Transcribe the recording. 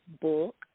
book